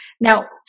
Now